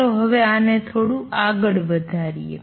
ચાલો હવે આને થોડું આગળ વધારીએ